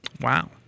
Wow